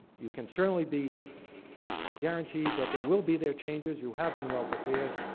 you can certainly be guaranteed that there will be there changes. you have been well-prepared.